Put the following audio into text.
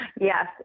Yes